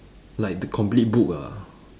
like the complete book ah